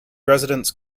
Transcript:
residents